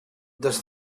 does